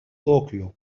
طوكيو